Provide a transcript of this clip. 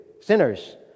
Sinners